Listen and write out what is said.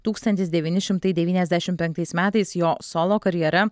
tūkstantis devyni šimtai devyniasdešim penktais metais jo solo karjera